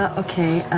ah okay.